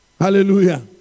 Hallelujah